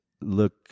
look